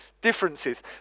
differences